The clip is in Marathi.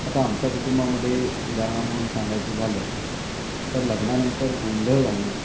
आता आमच्या कुटुंबामध्ये उदाहरणं म्हणून सांगायचं झालं तर लग्नानंतर गोंधळ घालणे